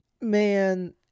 Man